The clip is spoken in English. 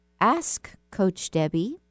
askcoachdebbie